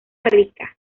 rica